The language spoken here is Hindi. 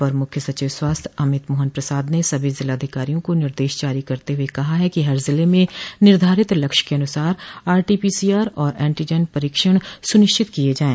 अपर मुख्य सचिव स्वास्थ्य अमित मोहन प्रसाद ने सभी जिलाधिकारियों को निर्देश जारी करते हुए कहा है कि हर जिले में निर्धारित लक्ष्य के अनुसार आरटीपीसीआर और एनटीजन परीक्षण सुनिश्चित किये जाये